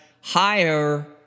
higher